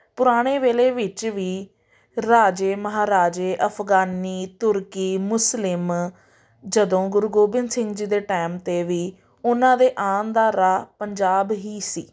ਪੁਰਾਣੇ ਵੇਲੇ ਵਿੱਚ ਵੀ ਰਾਜੇ ਮਹਾਰਾਜੇ ਅਫ਼ਗਾਨੀ ਤੁਰਕੀ ਮੁਸਲਿਮ ਜਦੋਂ ਗੁਰੂ ਗੋਬਿੰਦ ਸਿੰਘ ਜੀ ਦੇ ਟਾਈਮ 'ਤੇ ਵੀ ਉਹਨਾਂ ਦੇ ਆਉਣ ਦਾ ਰਾਹ ਪੰਜਾਬ ਹੀ ਸੀ